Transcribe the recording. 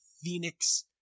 phoenix